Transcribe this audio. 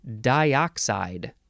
dioxide